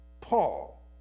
Paul